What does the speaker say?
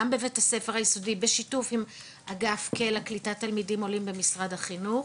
גם בית הספר היסודי בשיתוף עם האגף לקליטת תלמידים עולים במשרד החינוך